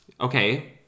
Okay